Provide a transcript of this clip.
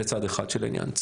זה צד אחד של העניין.